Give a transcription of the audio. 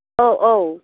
औ औ